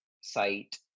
site